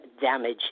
damage